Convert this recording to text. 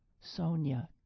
Sonia